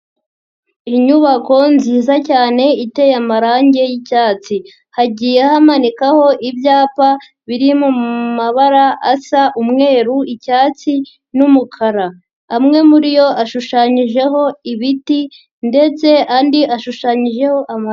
Inyubako nziza cyane iteye amarangi y'icyatsi. Hagiye hamanikaho ibyapa, biri mu mabara asa umweru, icyatsi n'umukara. Amwe muri yo ashushanyijeho ibiti ndetse andi ashushanyijeho amazu.